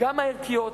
גם הערכיות,